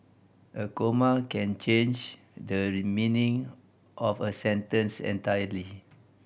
a comma can change the meaning of a sentence entirely